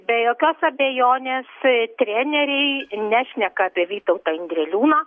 be jokios abejonės treneriai nešneka apie vytautą indreliūną